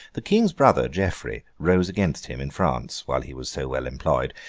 the king's brother, geoffrey, rose against him in france, while he was so well employed,